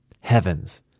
Heavens